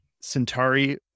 Centauri